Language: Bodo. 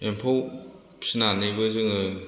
एम्फौ फिनानैबो जोङो